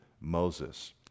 Moses